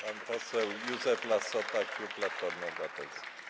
Pan poseł Józef Lassota, klub Platforma Obywatelska.